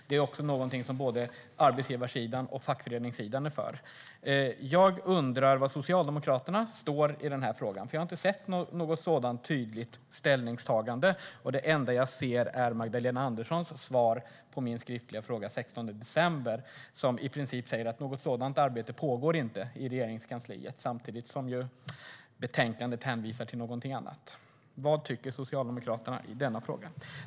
Det är också någonting som både arbetsgivarsidan och fackföreningssidan är för. Jag undrar var Socialdemokraterna står i den här frågan, för jag har inte sett något sådant tydligt ställningstagande. Det enda jag ser är Magdalena Anderssons svar på min skriftliga fråga den 16 december som i princip säger att något sådant arbete inte pågår i Regeringskansliet, samtidigt som betänkandet hänvisar till någonting annat. Vad tycker Socialdemokraterna i denna fråga?